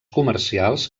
comercials